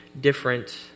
different